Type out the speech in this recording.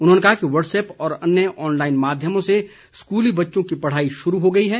उन्होंने कहा कि व्हटसऐप व अन्य ऑनलाइन माध्यमों से स्कूली बच्चों की पढ़ाई शुरू हो गई है